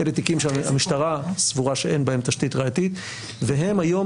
אלה תיקים שהמשטרה סבורה שאין בהם תשתית ראייתית והם היום